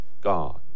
Gone